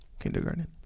kindergarten